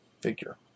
figure